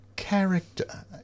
Character